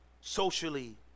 socially